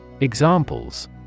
Examples